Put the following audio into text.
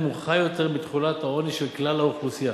נמוכה יותר מתחולת העוני של כלל האוכלוסייה.